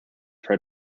for